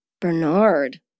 Bernard